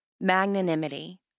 magnanimity